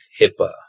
HIPAA